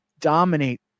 dominate